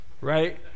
right